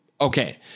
okay